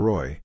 Roy